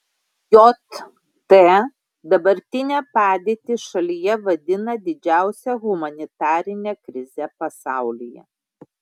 jt dabartinę padėtį šalyje vadina didžiausia humanitarine krize pasaulyje